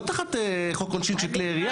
לא תחת חוק עונשין של כלי ירייה,